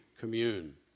commune